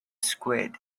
squid